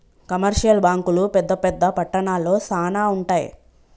commercial బ్యాంకులు పెద్ద పెద్ద పట్టణాల్లో శానా ఉంటయ్